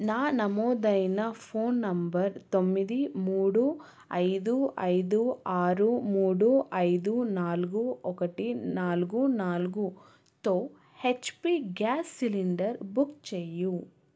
నా నమోదైన phone number తొమ్మిది మూడు ఐదు ఐదు ఆరు మూడు ఐదు నాలుగు ఒకటి నాలుగు నాలుగు తో హెచ్పి గ్యాస్ సిలిండర్ బుక్ చెయ్యు